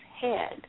head